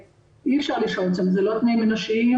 אי אפשר לשהות שם, זה לא תנאים אנושיים.